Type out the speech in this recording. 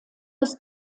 des